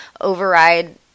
Override